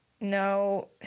No